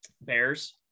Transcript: Bears